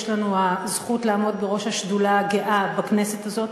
הזכות לעמוד בראש השדולה הגאה בכנסת הזאת,